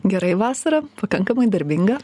gerai vasara pakankamai darbinga